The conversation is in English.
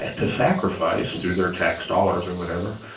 ah to sacrifice due their tax dollars or whatever